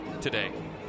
today